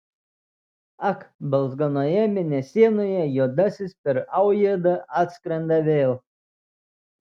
ak balzganoje mėnesienoje juodasis per aujėdą atskrenda vėl